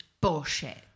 bullshit